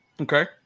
Okay